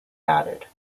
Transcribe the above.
added